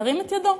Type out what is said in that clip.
ירים את ידו.